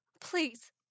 Please